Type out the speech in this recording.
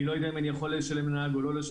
אני לא יודע אם אני יכול לשלם לנהג או לא.